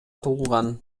туулган